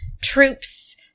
troops